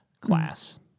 class